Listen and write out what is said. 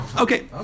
Okay